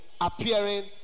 Appearing